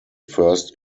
first